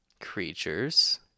creatures